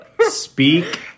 speak